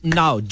now